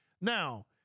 Now